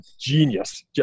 genius